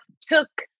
took